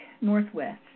Northwest